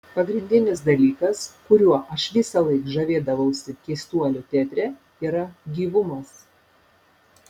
pagrindinis dalykas kuriuo aš visąlaik žavėdavausi keistuolių teatre yra gyvumas